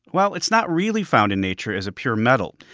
well, it's not really found in nature as a pure metal.